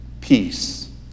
peace